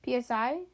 PSI